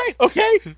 okay